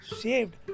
saved